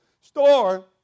store